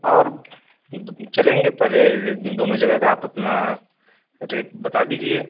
और चलेंगे पहले दोनों जगह का आप अपना रेट बता दीजिए